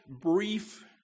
brief